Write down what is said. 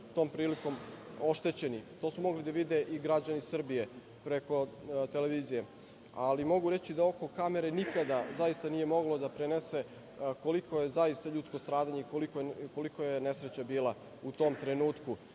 tom prilikom oštećeni. To su mogli da vide i građani Srbije, preko televizije. Ali, mogu reći da oko kamere nikada zaista nije moglo da prenese koliko je zaista ljudsko stradanje i kolika je nesreća bilo u tom trenutku.